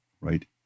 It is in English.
right